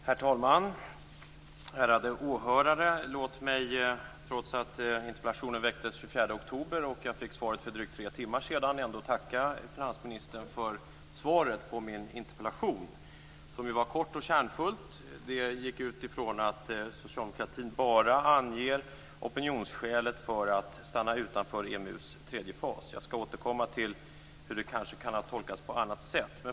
Herr talman! Ärade åhörare! Låt mig, trots att interpellationen ställdes den 24 oktober och jag fick svaret för drygt tre timmar sedan, ändå tacka finansministern för svaret på min interpellation, som ju var kort och kärnfullt. Det gick utifrån att socialdemokratin bara anger opinionsskälet för att stanna utanför EMU:s tredje fas. Jag skall återkomma till hur det kan tolkas på annat sätt.